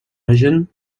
hagen